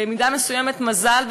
במידה מסוימת זה מזל,